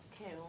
Okay